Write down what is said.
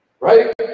Right